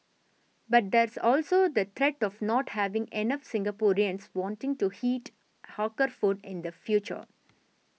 but there's also the threat of not having enough Singaporeans wanting to eat hawker food in the future